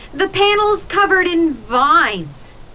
the panel is covered in vines,